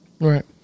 Right